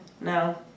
no